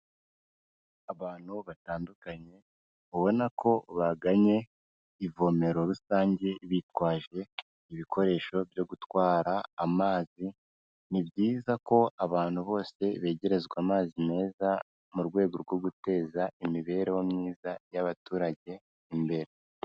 Abantu batandukanye ubona ko bagannye ivomero rusange bitwaje ibikoresho byo gutwara amazi, ni byiza ko abantu bose begerezwa amazi meza mu rwego rwo guteza imibereho myiza y'abaturage imbere.